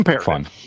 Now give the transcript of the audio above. fun